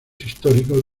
históricos